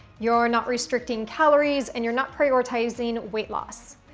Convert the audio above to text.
you're not restricting calories and you're not prioritizing weight loss.